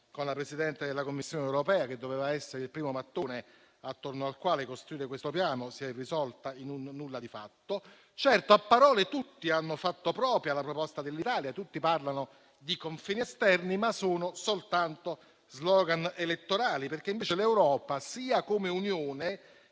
con la Presidente della Commissione europea, che doveva essere il primo mattone attorno al quale costruire questo piano, si è risolta in un nulla di fatto. Certo, a parole tutti hanno fatto propria la proposta dell'Italia e tutti parlano di confini esterni, ma sono soltanto slogan elettorali. Invece l'Europa, sia come Unione